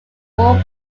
more